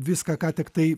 viską ką tiktai